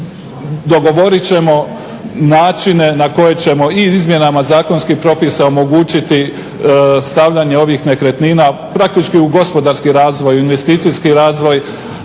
Dogovorit ćemo načine na koje ćemo i izmjenama zakonskih propisa omogućiti stavljanje ovih nekretnina praktički u gospodarski razvoj, u investicijski razvoj